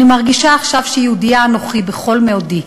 אני מרגישה עכשיו שיהודייה אנוכי בכל מאודי,